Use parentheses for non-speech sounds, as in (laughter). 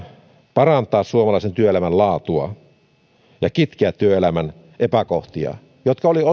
parantaa suomalaisen työelämän laatua ja kitkeä työelämän epäkohtia jotka olivat (unintelligible)